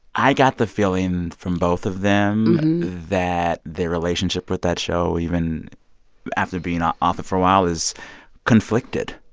i got the feeling from both of them that their relationship with that show, even after being ah off it for a while, is conflicted.